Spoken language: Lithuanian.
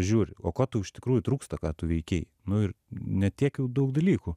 žiūri o ko tau iš tikrųjų trūksta ką tu veikei nu ir ne tiek jau daug dalykų